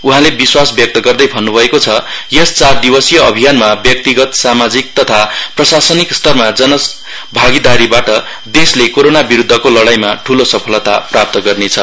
उहाँले विश्वास व्यक्त गर्दै भन्न्भएको छ यस चार दिवसीय अभियानमा व्यक्तिगत सामाजिक तथा प्रशासनिक स्तरमा जन भागिदारीबाट देशले कोरोना विरुद्धको लड़ाइमा ठूलो सफलता प्राप्त गर्नेछ